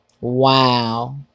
Wow